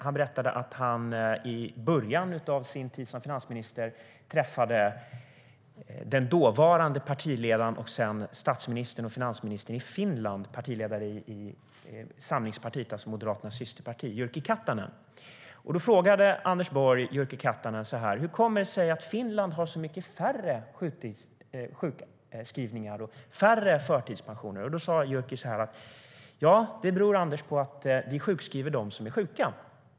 Han berättade att han i början av sin tid som finansminister träffade den dåvarande partiledaren för Samlingspartiet, Moderaternas systerparti i Finland, senare statsministern och finansministern, Jyrki Katainen. Anders Borg frågade honom hur det kommer sig att Finland har så mycket färre sjukskrivningar och förtidspensioner än Sverige. Då svarade Jyrki Katainen: Det beror på att vi sjukskriver dem som är sjuka.